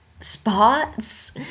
spots